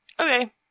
Okay